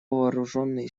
вооруженные